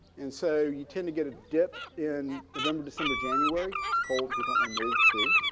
and so you tend to get a dip in november december january. it's cold. people want to move too.